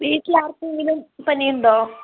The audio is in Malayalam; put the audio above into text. വീട്ടിൽ ആർക്കെങ്കിലും പനി ഉണ്ടോ